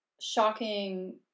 shocking